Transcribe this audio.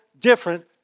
different